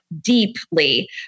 deeply